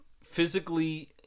physically